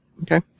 Okay